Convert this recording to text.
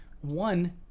One